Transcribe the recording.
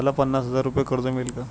मला पन्नास हजार रुपये कर्ज मिळेल का?